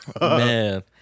Man